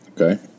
Okay